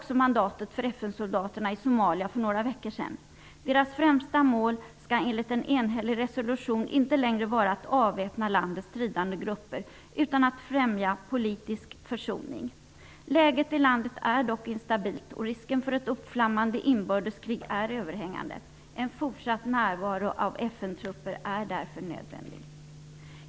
soldaterna i Somalia för några veckor sedan. Deras främsta mål skall, enligt en enhällig resolution, inte längre vara att avväpna landets stridande grupper, utan att främja politisk försoning. Läget i Somalia är dock instabilt, och risken för ett uppflammande inbördeskrig är överhängande. En fortsatt närvaro av FN-trupper är därför nödvändig.